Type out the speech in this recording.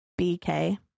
BK